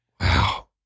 Wow